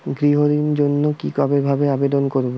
গৃহ ঋণ জন্য কি ভাবে আবেদন করব?